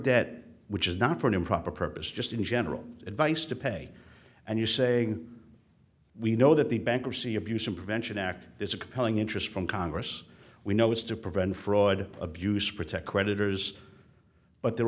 debt which is not for an improper purpose just in general advice to pay and you saying we know that the bankruptcy abuse and prevention act is a compelling interest from congress we know is to prevent fraud abuse protect creditors but there